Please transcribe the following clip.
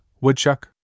Woodchuck